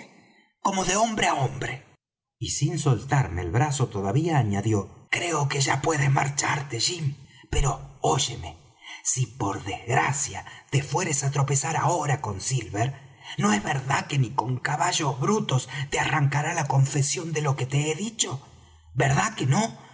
como de hombre á hombre y sin soltarme el brazo todavía añadió creo que ya puedes marcharte jim pero óyeme si por desgracia te fueres á tropezar ahora con silver no es verdad que ni con caballos brutos te arrancará la confesión de lo que te he dicho verdad que no